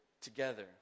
together